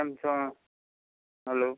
કેમ છો હેલો